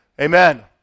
Amen